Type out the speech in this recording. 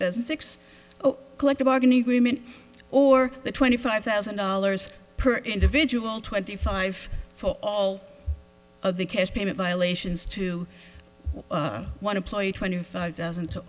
thousand and six collective bargaining agreement or the twenty five thousand dollars per individual twenty five for all of the cash payment violations to want to play twenty five thousand to